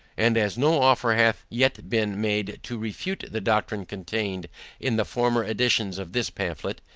and as no offer hath yet been made to refute the doctrine contained in the former editions of this pamphlet,